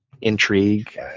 intrigue